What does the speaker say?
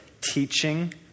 teaching